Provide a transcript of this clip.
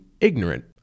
ignorant